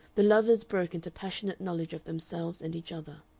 the lovers broke into passionate knowledge of themselves and each other,